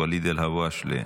ואליד אלהואשלה,